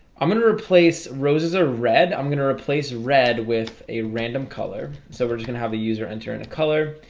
i'm gonna replace roses are red. i'm gonna replace red with a random color so we're just gonna have a user enter in a color.